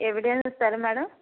എവിടെയാണ് സ്ഥലം മാഡം